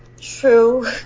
true